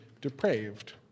depraved